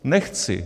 Nechci.